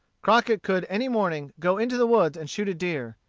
crockett could any morning go into the woods and shoot a deer.